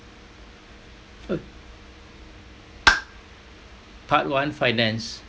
uh part one finance